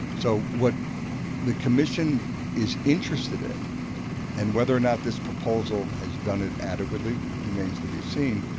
so what the commission is interested in and whether or not this proposal has done it adequately remains to be seen,